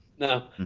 No